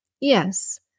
Yes